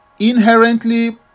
inherently